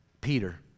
Peter